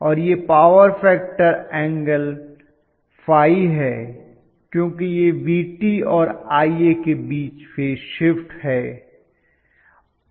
और यह power factor angle ϕ है क्योंकि यह Vt और Ia के बीच फेज शिफ्ट है